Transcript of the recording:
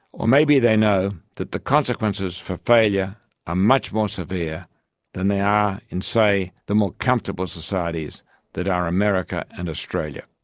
or maybe they know that the consequences for failure are ah much more severe than they are in, say, the more comfortable societies that are america and australia.